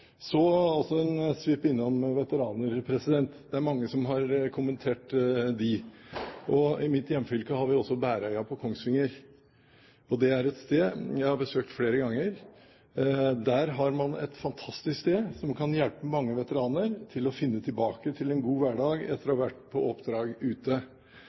en svipptur innom veteranene. Det er mange som har kommentert dem. I mitt hjemfylke har vi også Bæreia, på Kongsvinger. Det er et sted jeg har besøkt flere ganger, et fantastisk sted som kan hjelpe mange veteraner til å finne tilbake til en god hverdag etter å ha vært på oppdrag ute.